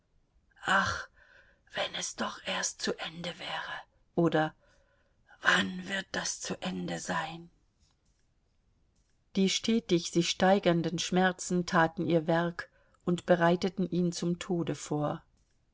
ach wenn es doch erst zu ende wäre oder wann wird das zu ende sein die stetig sich steigernden schmerzen taten ihr werk und bereiteten ihn zum tode vor